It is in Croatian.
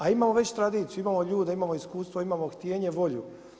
A imamo već tradiciju, imamo ljude, imamo iskustva, imamo htijenje, volju.